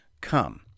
come